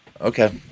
Okay